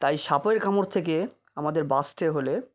তাই সাপের কামড় থেকে আমাদের বাঁচতে হলে